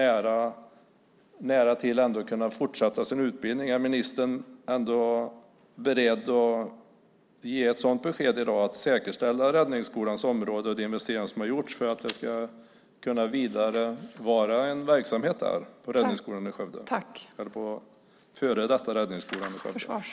Är ministern beredd att ge ett besked i dag om att säkerställa räddningsskolans område och de investeringar som har gjorts för att man ska kunna fortsätta en verksamhet vid före detta Räddningsskolan i Skövde?